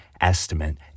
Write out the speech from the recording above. estimate